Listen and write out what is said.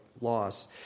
loss